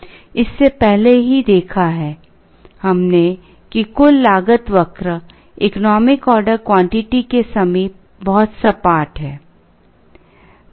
हमने पहले ही देखा है कि कुल लागत वक्र इकोनामिक ऑर्डर क्वांटिटी के समीप बहुत सपाट है